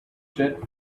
jet